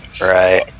Right